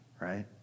right